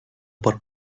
por